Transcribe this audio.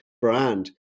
brand